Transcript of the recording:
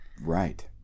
right